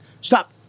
Stop